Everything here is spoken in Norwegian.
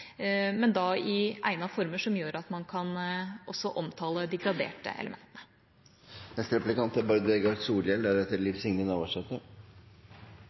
men da i egnede former som gjør at man også kan omtale de graderte elementene. Det er